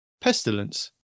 pestilence